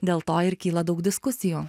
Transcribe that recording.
dėl to ir kyla daug diskusijų